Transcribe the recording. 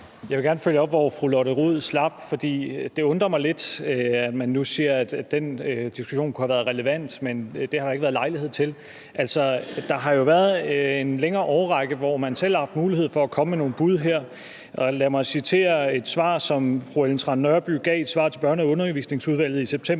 Jeg vil gerne følge op, hvor fru Lotte Rod slap, for det undrer mig lidt, at man nu siger, at den diskussion kunne have været relevant, men at der ikke har været lejlighed til at tage den. Der har jo været en længere årrække, hvor man selv har haft mulighed for at komme med nogle bud, og lad mig citere fra et svar, som fru Ellen Trane Nørby som undervisningsminister gav til Børne- og Undervisningsudvalget i september